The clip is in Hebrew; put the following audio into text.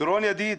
דורון ידיד,